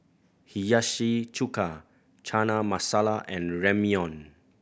Hiyashi Chuka Chana Masala and Ramyeon